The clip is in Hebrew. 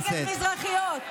נגד מזרחיות.